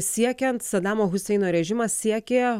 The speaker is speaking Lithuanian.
siekiant sadamo huseino režimas siekė